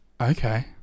okay